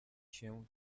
się